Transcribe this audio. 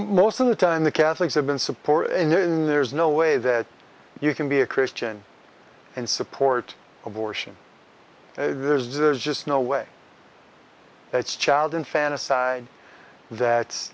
most of the time the catholics have been support in there is no way that you can be a christian and support abortion and there's there's just no way it's child infanticide that